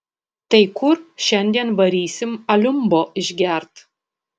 tai kur šiandien varysim aliumbo išgert